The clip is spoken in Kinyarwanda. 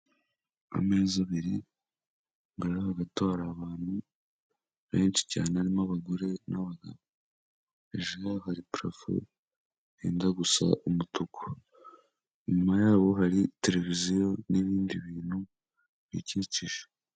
Ameza abiri imbere yaho gato hari abantu benshi cyane harimo abagore n'abagabo. Hejuru hari parafo yenda gusa umutuku, inyuma yabo hari tereviziyo n'ibindi bintu biyikikije.